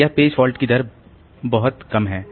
तो यह page fault की बहुत कम दर है